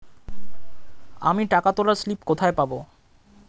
আমি টাকা তোলার স্লিপ কোথায় পাবো?